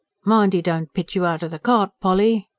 mind he don't pitch you out of the cart, polly!